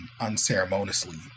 unceremoniously